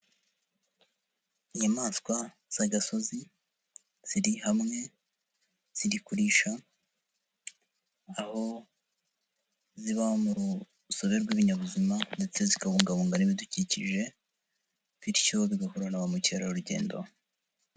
Inyamaswa z'agasozi ziri hamwe ziri kurisha, aho ziba mu rusobe rw'ibinyabuzima ndetse zikabungabunga n'ibidukikije, bityo bigahura na ba mukerarugendo.